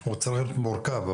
הוא צריך להיות מורכב.